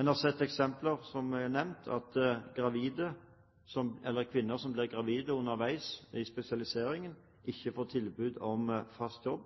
En har, som jeg har nevnt, sett eksempler på at kvinner som blir gravide underveis i spesialiseringen, ikke får tilbud om fast jobb.